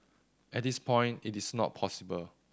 at this point it's not possible